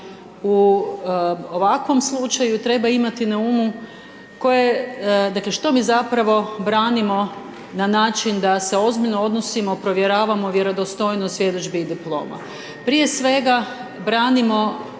u ovakvom slučaju treba imati na umu koje, dakle što mi zapravo branimo na način da se ozbiljno odnosimo, provjeravamo vjerodostojnost svjedodžbi i diploma. Prije svega branimo